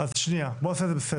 אז שנייה, בואו נעשה את זה בסדר.